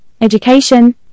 education